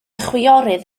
chwiorydd